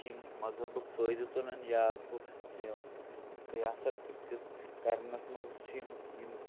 چھِ یِم مذہبُک فٲیِدٕ تُلان یا بہٕ یِم سیاست أکِس کَرنَس منٛز چھِ یِم ییٚمیُک